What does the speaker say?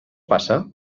passa